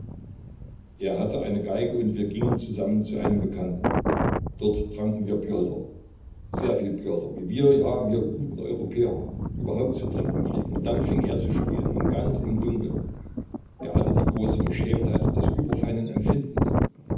er hatte eine geige und wir gingen zusammen zu einem bekannten dort tranken wir pjolter sehr viel pjolter wie wir ja wir guten europäer überhaupt zu trinken pflegen und dann fing er zu spielen an ganz im dunkeln er hatte die große verschämtheit des überfeinen empfindens